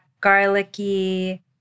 garlicky